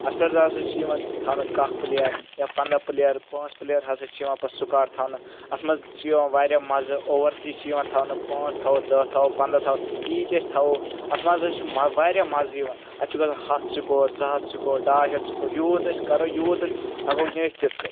اتھ پؠٹھ ہسا چھِ یِوان تھاونہٕ کاہ پٕلیر یا پنٛداہ پٕلیر پانٛژھ پٕلیر ہسا چھِ یِوان پتہٕ سُکاڑ تھاونہٕ اتھ منٛز چھِ یِوَان واریاہ مَزٕ اوٚوَر تہِ چھِ یِوان تھاونہٕ پانٛژھ تھاوو دہ تھاوو پنٛداہ تھاوو ییٖتۍ تہِ ٲسۍ تھاوو اتھ منٛز ہسا چھُ واریاہ مَزٕ یِوان اتھ چھُ گژھان ہتھ سکور زٕ ہَتھ سکور ڈاے ہیتھ سکور یوٗت ٲسۍ کرو یوٗت ٲسۍ ہؠکو یِتھ تِتھ کٔنۍ